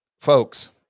Folks